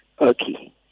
Okay